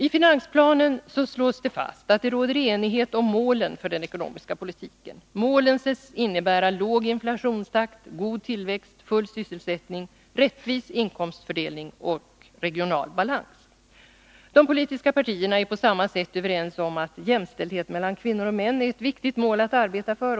I finansplanen slås fast att det råder enighet om målen för den ekonomiska politiken. Målen sägs innebära låg inflationstakt, god tillväxt, full sysselsättning, rättvis inkomstfördelning och regional balans. De politiska partierna är på samma sätt överens om att jämställdhet mellan kvinnor och män är ett viktigt mål att arbeta för.